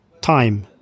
time